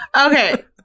Okay